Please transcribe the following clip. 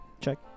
Check